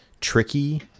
tricky